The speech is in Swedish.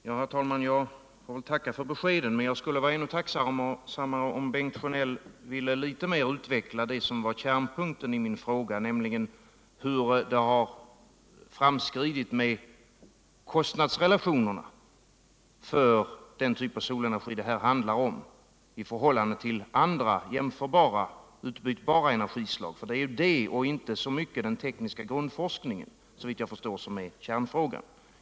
Herr talman! Jag får väl tacka för beskeden, men jag skulle vara ännu tacksammare, om Bengt Sjönell ville litet mer utveckla det som var kärnpunkten i min fråga, nämligen hur det har framskridit med kostnadsrelationerna för den typ av solenergi som det handlar om. i förhållande till andra, utbytbara energislag. Det är såvitt jag förstår det och inte så mycket den tekniska grundforskningen som är kärntrågan.